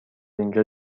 اینجا